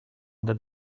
that